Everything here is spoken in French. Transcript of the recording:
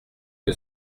que